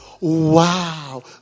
wow